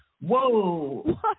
Whoa